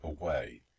away